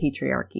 patriarchy